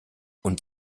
und